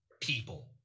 people